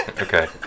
Okay